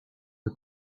the